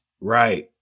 Right